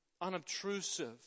unobtrusive